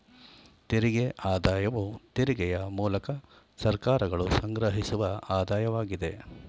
ತೆರಿಗೆ ಆದಾಯವು ತೆರಿಗೆಯ ಮೂಲಕ ಸರ್ಕಾರಗಳು ಸಂಗ್ರಹಿಸುವ ಆದಾಯವಾಗಿದೆ